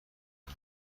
برم